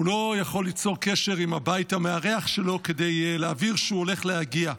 הוא לא יכול ליצור קשר עם הבית המארח שלו כדי להעביר שהוא הולך להגיע.